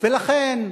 ולכן,